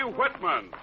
Whitman